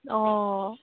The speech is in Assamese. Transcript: অঁ